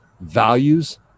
values